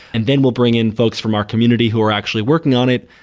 and then we'll bring in folks from our community who are actually working on it,